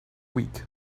week